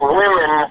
women